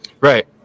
Right